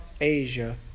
Asia